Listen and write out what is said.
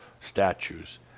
statues